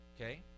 Okay